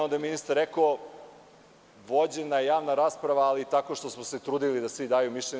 Onda je ministar rekao – vođena je javna rasprava, ali tako što smo se trudili da svi daju mišljenja.